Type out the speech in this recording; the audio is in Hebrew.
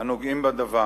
הנוגעים בדבר.